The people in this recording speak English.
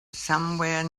somewhere